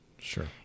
Sure